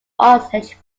osage